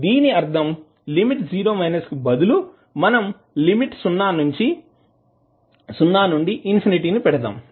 దీని అర్థం లిమిట్ బదులు మనం లిమిట్ సున్నా నుంచి ఇన్ఫినిటీ ని పెడదాం